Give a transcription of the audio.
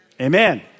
amen